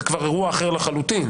זה כבר אירוע אחר לחלוטין.